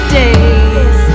days